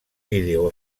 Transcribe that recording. vídeo